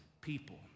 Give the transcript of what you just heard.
people